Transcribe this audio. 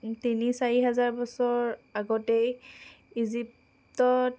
তিনি চাৰি হাজাৰ বছৰ আগতেই ইজিপটৰ